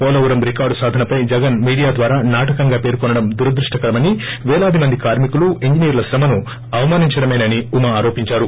పోలవరం రికార్లు సాధనపై జగన్ మీడియా ద్వారా నాటకంగా పేర్కొనడం దురదృష్ణకరమని పేలాది మంది కార్మికులు ఇంజినీర్ల శ్రమను అవమానించడమేనని ఉమ ఆరోపించారు